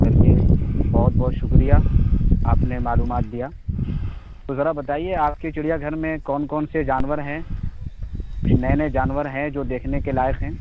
چلیے بہت بہت شکریہ آپ نے معلومات دیا تو ذرا بتائیے آپ کے چڑیا گھر میں کون کون سے جانور ہیں کچھ نئے نئے جانور ہیں جو دیکھنے کے لائق ہیں